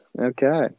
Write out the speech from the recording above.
Okay